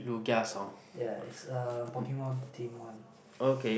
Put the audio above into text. yeah is a pokemon theme one